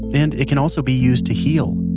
and it can also be used to heal.